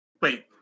Wait